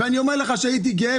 ואני אומר לך שהייתי גאה,